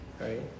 right